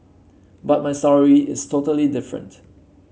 but my sorry is totally different